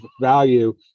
value